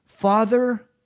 Father